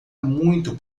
muito